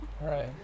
Right